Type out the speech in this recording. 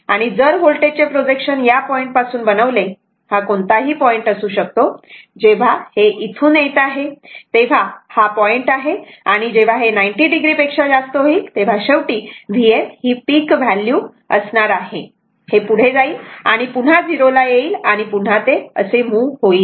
आणि जर व्होल्टेज चे प्रोजेक्शन या पॉईंट पासून बनवले हा कोणताही पॉइंट असू शकतो जेव्हा हे इथून येत आहे तेव्हा हा पॉईंट आहे आणि जेव्हा हे 90o पेक्षा जास्त होईल तेव्हा शेवटी Vm ही पिक व्हॅल्यू असणार आहे हे पुढे जाईल आणि पुन्हा 0 ला येईल आणि पुन्हा ते असे मूव्ह होईल